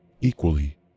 equally